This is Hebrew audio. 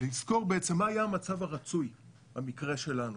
לזכור מה היה המצב הרצוי במקרה שלנו.